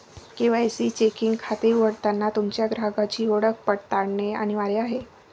KYC checking खाते उघडताना तुमच्या ग्राहकाची ओळख पडताळणे अनिवार्य आहे